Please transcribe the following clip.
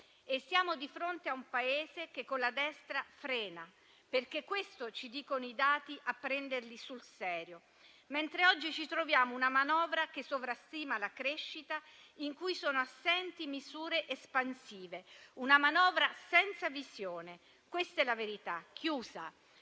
Siamo di fronte a un Paese che con la destra frena, perché questo ci dicono i dati, a prenderli sul serio. Oggi ci troviamo una manovra che sovrastima la crescita e in cui sono assenti misure espansive; una manovra senza visione: questa è la verità. Altro